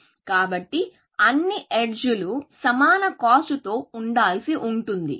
కాబట్టి అన్ని ఎడ్జ్ లు సమాన కాస్ట్ తో ఉండాల్సి ఉంటుంది